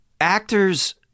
actors